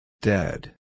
Dead